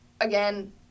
again